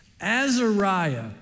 Azariah